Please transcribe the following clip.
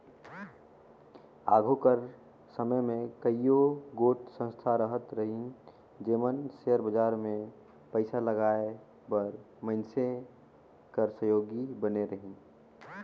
आघु कर समे में कइयो गोट संस्था रहत रहिन जेमन सेयर बजार में पइसा लगाए बर मइनसे कर सहयोगी बने रहिन